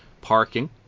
Parking